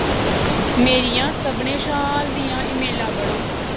मेरियां सभनें शा हाल दियां ईमेलां पढ़ो